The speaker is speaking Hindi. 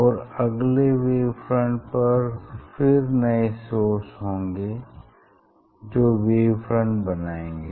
और अगले वेव फ्रंट पर फिर नए सोर्स होंगे जो वेव फ्रंट बनाएँगे